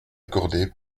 accordé